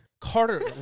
Carter